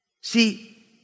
See